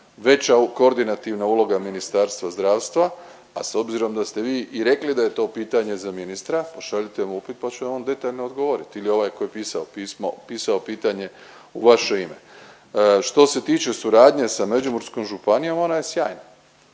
veća koordinativna uloga Ministarstva zdravstva, a s obzirom da ste vi i rekli da je to pitanje za ministra, pošaljite mu upit pa će vam on detaljno odgovoriti ili ovaj koji je pisao pismo, pisao pitanje u vaše ime. Što se tiče suradnje sa Međimurskom županijom, ona je sjajna.